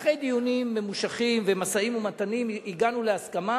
אחרי דיונים ממושכים ומשאים-ומתנים הגענו להסכמה